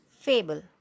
Fable